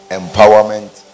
empowerment